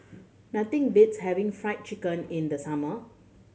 nothing beats having Fry Chicken in the summer